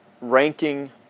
ranking